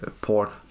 port